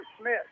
Smith